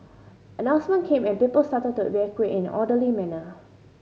announcement came and people started to evacuate in an orderly manner